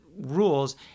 rules